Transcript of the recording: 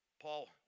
Paul